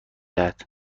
دهد